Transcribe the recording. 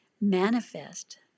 manifest